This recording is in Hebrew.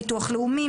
ביטוח לאומי,